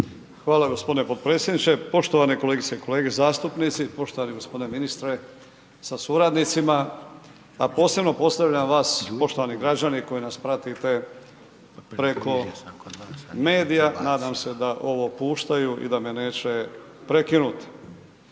Hvala g. potpredsjedniče. Poštovane kolegice i kolege zastupnici, poštovani g. ministre sa suradnicima, a posebno pozdravljam vas poštovani građani koji nas pratite preko medija, nadam se da ovo puštaju i da me neće prekinut.